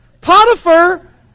Potiphar